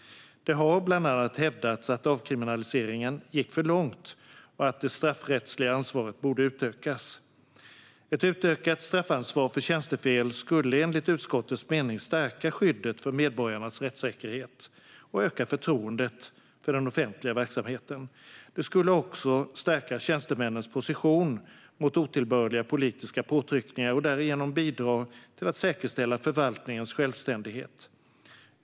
Det har bl.a. hävdats att avkriminaliseringen gick för långt och att det straffrättsliga ansvaret borde utökas. Ett utökat straffansvar för tjänstefel skulle enligt utskottets mening stärka skyddet för medborgarnas rättssäkerhet och öka förtroendet för den offentliga verksamheten. Det skulle också stärka tjänstemännens position mot otillbörliga politiska påtryckningar och därigenom bidra till att säkerställa förvaltningens självständighet.